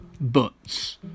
buts